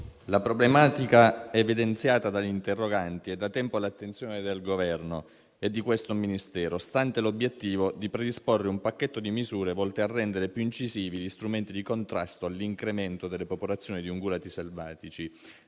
la problematica evidenziata dagli interroganti è da tempo all'attenzione del Governo e di questo Ministero, stante l'obiettivo di predisporre un pacchetto di misure volte a rendere più incisivi gli strumenti di contrasto all'incremento delle popolazioni di ungulati selvatici,